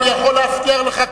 אני יכול להבטיח לך,